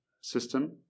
system